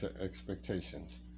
expectations